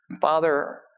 Father